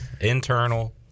internal